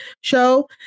show